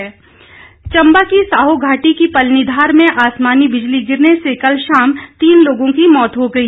आसमानी बिजली चंबा की साहो घाटी की पलनीधार में आसमानी बिजली गिरने से कल शाम तीन लोगों की मौत हो गई